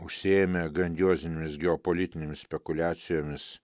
užsiėmę grandiozinėmis geopolitinėmis spekuliacijomis